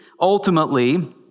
ultimately